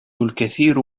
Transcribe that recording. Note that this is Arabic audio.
الكثير